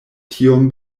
tiom